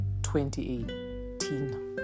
2018